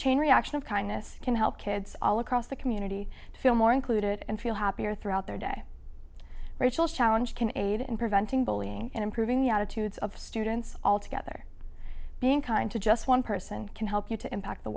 chain reaction of kindness can help kids all across the community feel more included and feel happier throughout their day rachael's challenge can aid in preventing bullying and improving the attitudes of students all together being kind to just one person can help you to impact the